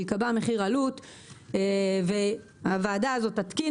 שייקבע מחיר עלות והוועדה הזאת תתקין